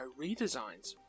redesigns